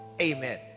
Amen